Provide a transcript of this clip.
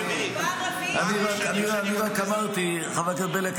אני מעלה את ההצעה בפעם הרביעית.